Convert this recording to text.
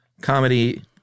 comedy